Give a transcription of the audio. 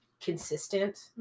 consistent